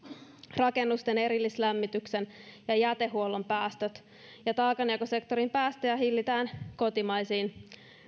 rakennusten erillislämmityksen ja jätehuollon päästöt ja taakanjakosektorin päästöjä hillitään kotimaisin